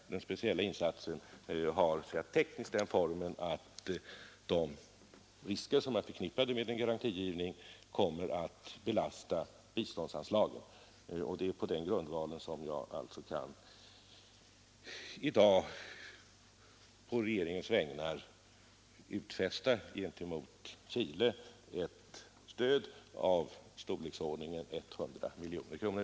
Denna speciella insats har tekniskt den formen att de risker som är förknippade med en fortsatt garantigivning belastar biståndsanslaget. Det är på den grunden som jag i dag på regeringens vägnar kan utfästa ett stöd till Chile för en import av storleksordningen 100 miljoner kronor.